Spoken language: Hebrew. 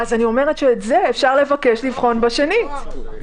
את זה אפשר לבקש לבחון בשנית.